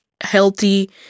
healthy